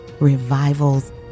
revivals